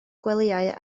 gwelyau